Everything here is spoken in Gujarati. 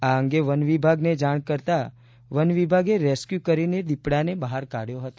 આ અંગે વન વિભાગને જાણ કરતાં વન વિભાગે રેસ્કયુ કરીને દીપડાને બહાર કાઢ્યો છે